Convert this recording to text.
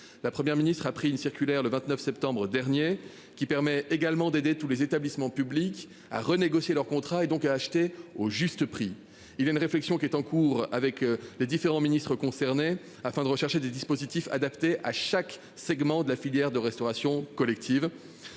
La Première ministre a pris une circulaire le 29 septembre dernier qui permet également d'aider tous les établissements publics à renégocier leur contrat et donc à acheter au juste prix. Il y a une réflexion qui est en cours avec les différents ministres concernés afin de rechercher des dispositifs adaptés à chaque segments de la filière de restauration collective.